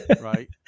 Right